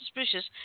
suspicious